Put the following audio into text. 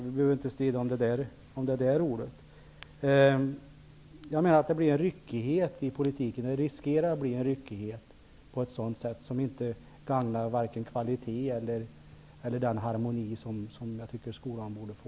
Vi behöver inte strida om det ordet. Jag menar att det riskerar att bli en ryckighet i politiken på ett sätt som inte gagnar varken kvalitet eller den harmoni som jag tycker att skolan borde få.